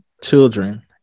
children